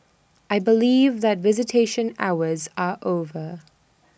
I believe that visitation hours are over